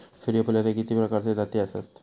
सूर्यफूलाचे किती प्रकारचे जाती आसत?